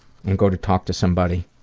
and go to talk to somebody